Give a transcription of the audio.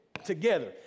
together